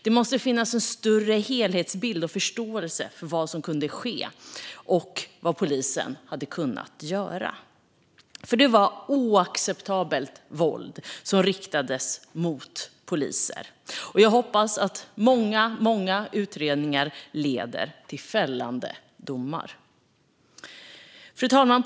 Det måste finnas en större helhetsbild och förståelse för vad som kunde ske och vad polisen hade kunnat göra. Det var oacceptabelt våld som riktades mot poliser. Jag hoppas att många, många utredningar kommer att leda till fällande domar. Fru talman!